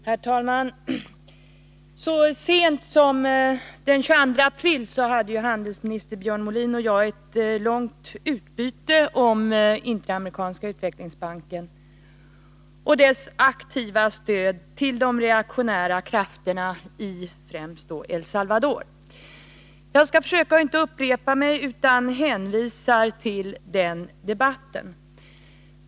Herr talman! Så sent som den 22 april hade handelsminister Björn Molin och jag ett långt utbyte om Interamerikanska utvecklingsbanken och dess aktiva stöd till de reaktionära krafterna, främst i El Salvador. Jag skall försöka att inte upprepa mig utan vill hänvisa till den debatten.